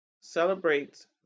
celebrates